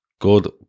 Good